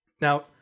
Now